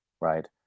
right